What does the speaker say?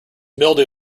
mildew